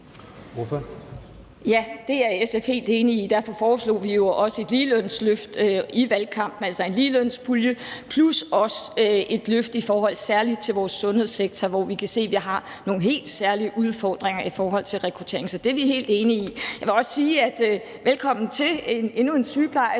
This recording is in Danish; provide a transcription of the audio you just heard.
(SF): Ja, det er SF helt enig i. Derfor foreslog vi jo også et ligelønsløft i valgkampen, altså en ligelønspulje, plus et løft særlig til vores sundhedssektor, hvor vi kan se, at vi har nogle helt særlige udfordringer i forhold til rekruttering. Så det er vi helt enige i. Jeg vil også sige velkommen til endnu en sygeplejerske.